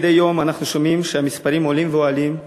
מדי יום אנחנו שומעים שהמספרים עולים ועולים.